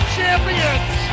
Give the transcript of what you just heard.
champions